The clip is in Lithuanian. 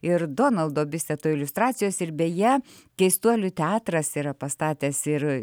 ir donaldo biseto iliustracijos ir beje keistuolių teatras yra pastatęs ir